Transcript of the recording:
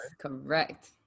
correct